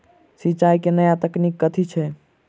सिंचाई केँ नया तकनीक कथी छै?